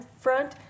front